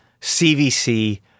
CVC